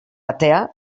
atea